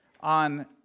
on